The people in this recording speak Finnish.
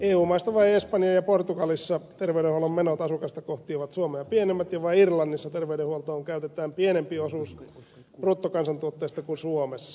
eu maista vain espanjassa ja portugalissa terveydenhuollon menot asukasta kohti ovat suomea pienemmät ja vain irlannissa terveydenhuoltoon käytetään pienempi osuus bruttokansantuotteesta kuin suomessa